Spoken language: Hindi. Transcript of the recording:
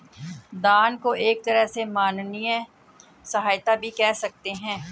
दान को एक तरह से मानवीय सहायता भी कह सकते हैं